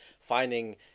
finding